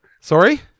sorry